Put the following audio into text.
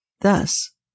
Thus